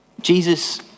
Jesus